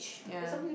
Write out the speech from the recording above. yeah